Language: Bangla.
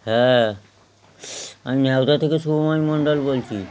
হ্যাঁ আমি ন্যাওদা থেকে শুভময় মন্ডল বলচি